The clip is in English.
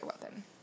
weapon